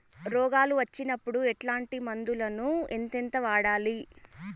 రోగాలు వచ్చినప్పుడు ఎట్లాంటి మందులను ఎంతెంత వాడాలి?